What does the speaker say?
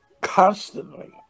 constantly